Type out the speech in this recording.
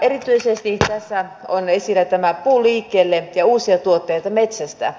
erityisesti tässä on esillä tämä puu liikkeelle ja uusia tuotteita metsästä